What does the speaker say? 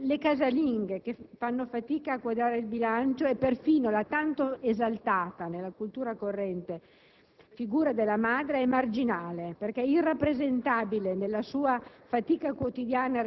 le disoccupate, le casalinghe che fanno fatica a quadrare il bilancio e perfino la tanto esaltata, nella cultura corrente, figura della madre, è marginale perché impossibile da rappresentare nella sua fatica